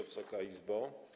Wysoka Izbo!